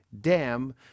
dam